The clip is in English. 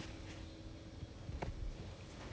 oh so that's the whole point of the recovery err